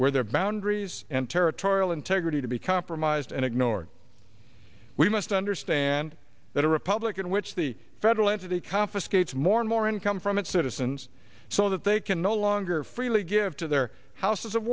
where there are boundaries and territorial integrity to be compromised and ignored we must understand that a republican which the federal entity confiscates more and more income from its citizens so that they can no longer freely give to their houses of